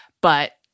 but-